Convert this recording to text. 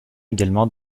également